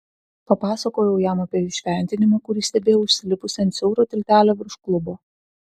papasakojau jam apie įšventinimą kurį stebėjau užsilipusi ant siauro tiltelio virš klubo